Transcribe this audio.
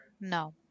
no